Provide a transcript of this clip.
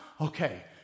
Okay